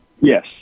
Yes